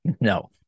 No